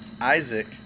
Isaac